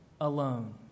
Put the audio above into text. alone